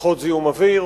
פחות זיהום אוויר,